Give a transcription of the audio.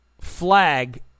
Flag